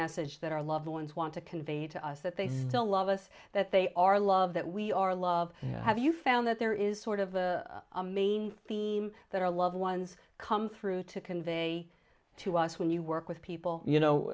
message that our loved ones want to convey to us that they still love us that they are love that we are love and have you found that there is sort of the main theme that our love ones come through to convey to us when you work with people you know